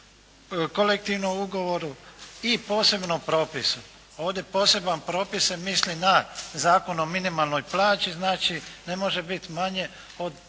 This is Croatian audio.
kolektivnom ugovoru i posebnom propisu. Ovdje poseban propise misli na Zakon o minimalnoj plaći, znači ne može biti manje od